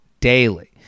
daily